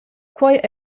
quei